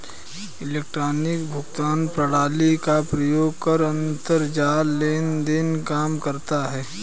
electronic भुगतान प्रणाली का प्रयोग कर अंतरजाल लेन देन काम करता है